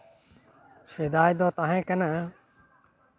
ᱥᱮᱫᱟᱭ ᱫᱚ ᱛᱟᱦᱮᱸ ᱠᱟᱱᱟ